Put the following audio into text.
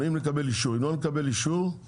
אני אוהב את הרשויות המקומיות.